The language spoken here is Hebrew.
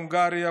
הונגריה,